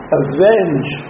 avenge